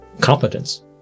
competence